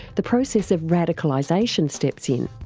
the process of radicalisation steps in.